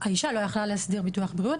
האישה לא יכולה להסדיר ביטוח בריאות.